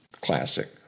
classic